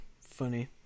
funny